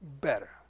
better